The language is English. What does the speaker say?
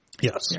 Yes